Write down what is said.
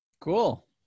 Cool